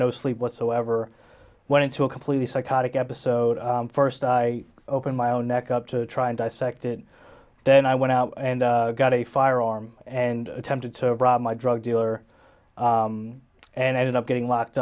no sleep whatsoever went into a completely psychotic episode first i opened my own neck up to try and dissect it then i went out and got a firearm and attempted to rob my drug dealer and ended up getting locked